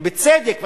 ובצדק,